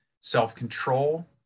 self-control